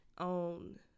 on